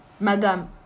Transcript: Madame